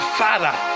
father